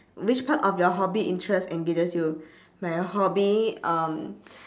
which part of your hobby interest and engages you my hobby um